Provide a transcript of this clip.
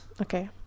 Okay